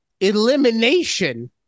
elimination